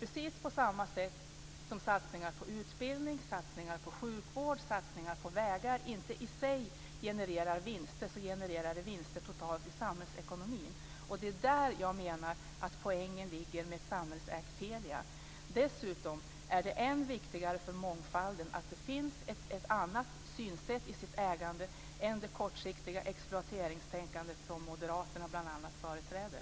Precis på samma sätt är det med satsningar på utbildning, sjukvård och vägar. De genererar inte i sig vinster, men de genererar vinster totalt i samhällsekonomin. Det är där jag menar att poängen ligger med ett samhällsägt Telia. Dessutom är det än viktigare för mångfalden att det finns ett annat synsätt i ägandet än det kortsiktiga exploateringstänkande som bl.a. Moderaterna företräder.